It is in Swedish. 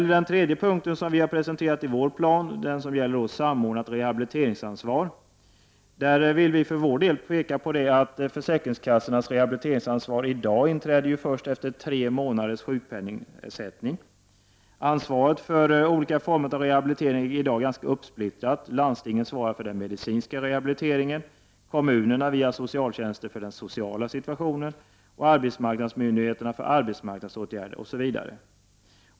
I den tredje punkten som vi har presenterat i vår plan, som gäller ett samordnat rehabiliteringsansvar, vill vi för vår del peka på att försäkringskassornas rehabiliteringsansvar i dag inträder först efter tre månaders sjukpenningersättning. Ansvaret för olika former av rehabiliteringar är i dag ganska uppsplittrat. Landstingen svarar för den medicinska rehabiliteringen, kommunerna, via socialtjänsten, för den sociala situationen, arbetsmarknadsmyndigheterna för arbetsmarknadsåtgärder, osv.